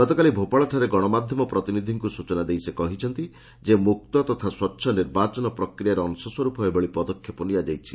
ଗତକାଲି ଭୋପାଳଠାରେ ଗଣମାଧ୍ୟମ ପ୍ରତିନିଧିଙ୍କୁ ଏହି ସୂଚନାଦେଇ ସେ କହିଛନ୍ତି ଯେ ମୁକ୍ତ ତଥା ସ୍ୱଚ୍ଛ ନିର୍ବାଚନ ପ୍ରକ୍ରିୟାର ଅଂଶସ୍ୱରୂପ ଏଭଳି ପଦକ୍ଷେପ ନିଆଯାଇଛି